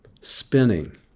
spinning